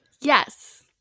Yes